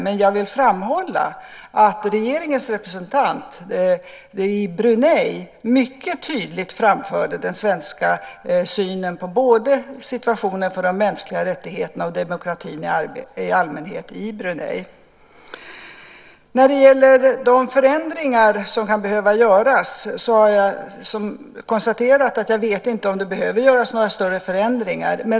Men jag vill framhålla att regeringens representant i Brunei mycket tydligt framförde den svenska synen på både situationen för de mänskliga rättigheterna och demokratin i allmänhet i Brunei. När det gäller de förändringar som kan behöva göras har jag konstaterat att jag inte vet om det behöver göras några större förändringar.